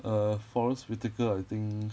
err forest whitaker I think